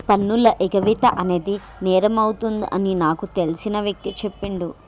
పన్నుల ఎగవేత అనేది నేరమవుతుంది అని నాకు తెలిసిన వ్యక్తి చెప్పిండు